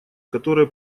которая